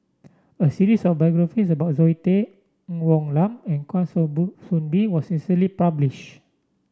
a series of biographies about Zoe Tay Ng Woon Lam and Kwa Soon Bee was recently publish